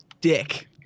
dick